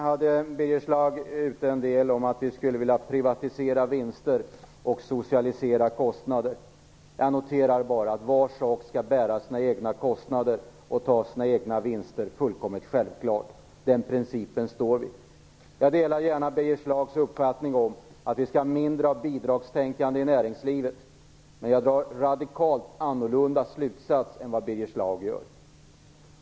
Birger Schlaug sade att vi skulle vilja privatisera vinster och socialisera kostnader. Jag noterar bara att var sak skall bära sina egna kostnader och ta sina egna vinster. Det är fullkomligt självklart. Den principen står vi för. Jag delar gärna Birger Schlaugs uppfattning om att vi skall ha mindre av bidragstänkande i näringslivet. Men jag drar radikalt annorlunda slutsats än vad Birger Schlaug gör.